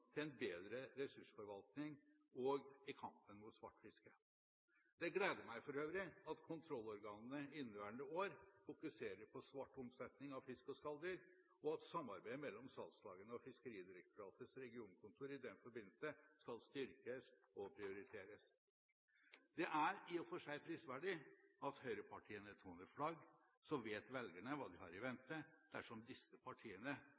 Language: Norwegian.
til en bedre ressursforvaltning, òg i kampen mot svart fiske. Det gleder meg for øvrig at kontrollorganene i inneværende år fokuserer på svart omsetning av fisk og skalldyr, og at samarbeidet mellom salgslagene og Fiskeridirektoratets regionkontor i den forbindelse skal styrkes og prioriteres. Det er i og for seg prisverdig at høyrepartiene toner flagg, så vet velgerne hva de har i vente dersom disse partiene